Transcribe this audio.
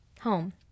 home